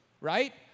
right